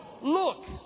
look